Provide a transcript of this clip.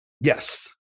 Yes